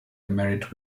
married